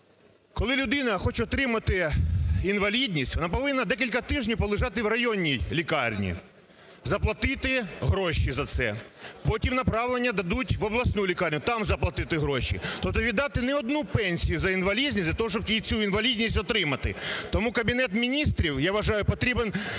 Коли людина хоче отримати інвалідність, вона повинна декілька тижнів полежати у районній лікарні, заплатити гроші на це, потім направлення дадуть в обласну лікарню, там заплатити гроші. Тобто віддати не одну пенсію за інвалідність для того, щоб їй цю інвалідність отримати. Тому Кабінет Міністрів, я вважаю, потрібен